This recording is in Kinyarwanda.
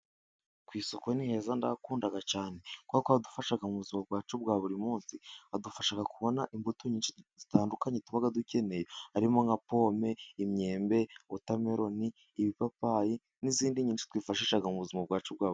Ku isoko niheza ndahakunda cyane kubera ko haradufasha mu buzima bwacu bwa buri munsi adufasha kubona imbuto nyinshi zitandukanye tuba dukeneye harimo nka pome, imyembe, wotameroni, ibipapayi n'izindi nyinshi twifashisha mu buzima bwacu bwa buri munsi.